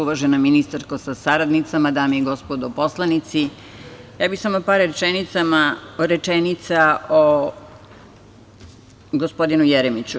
Uvažena ministarko sa saradnicima, dame i gospodo poslanici, ja bih samo par rečenica o gospodinu Jeremiću.